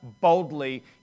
boldly